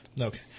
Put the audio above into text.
Okay